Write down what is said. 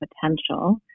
potential